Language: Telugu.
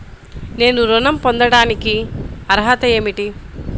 నేను ఋణం పొందటానికి అర్హత ఏమిటి?